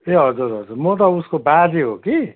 ए हजुर हजुर म त उसको बाजे हो कि